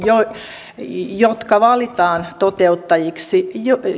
jotka valitaan toteuttajiksi